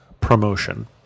promotion